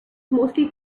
mostly